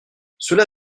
cela